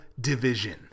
division